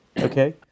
Okay